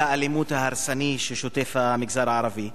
האלימות ההרסני ששוטף את המגזר הערבי,